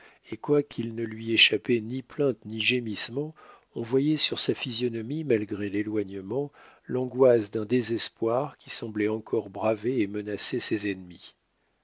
et quoiqu'il ne lui échappât ni plainte ni gémissement on voyait sur sa physionomie malgré l'éloignement l'angoisse d'un désespoir qui semblait encore braver et menacer ses ennemis